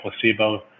placebo